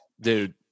Dude